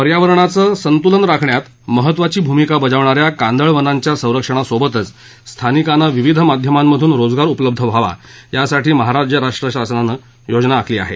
पर्यावरणाचं संतुलन राखण्यात महत्त्वाची भूमिका बजावणाऱ्या कांदळवनांच्या संरक्षणाबरोबरच स्थानिकांना विविध माध्यमांमधून रोजगार उपलब्ध व्हावा यासाठी महाराष्ट्र राज्य शासनानं योजना आखली आहे